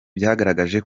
byagaragaje